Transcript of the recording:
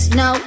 no